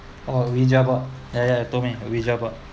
oh vijah bought ya ya he told me vijah bought